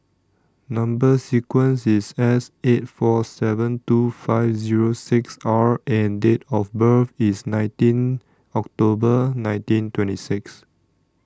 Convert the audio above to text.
Number sequence IS S eight four seven two five Zero six R and Date of birth IS nineteen October nineteen twenty six